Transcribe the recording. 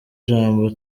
jambo